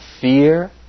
fear